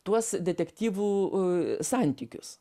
tuos detektyvų santykius